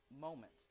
moment